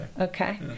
okay